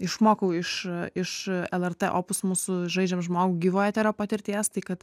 išmokau iš iš lrt opus mūsų žaidžiam žmogų gyvo eterio patirties tai kad